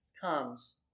comes